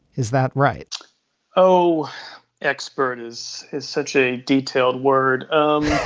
is that right oh expert is is such a detailed word. um